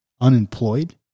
unemployed